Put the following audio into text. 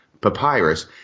papyrus